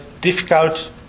difficult